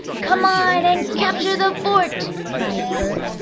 come on and capture the fort! cried bert,